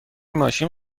ماشین